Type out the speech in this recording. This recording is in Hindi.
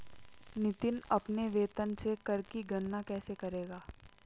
नितिन अपने वेतन से कर की गणना कैसे करेगा?